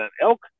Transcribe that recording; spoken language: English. elk